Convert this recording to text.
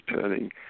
turning